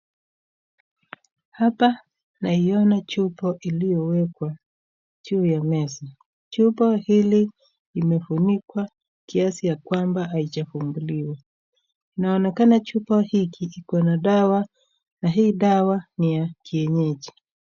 Hapa naiona chupa iliyowekwa juu ya meza. Chupa hili imefunikwa kiasi ya kwamba haijafunguliwa. Inaonekana chupa hiki iko na dawa na hii dawa ni ya kienyeji.